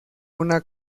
una